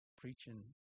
preaching